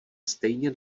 stejně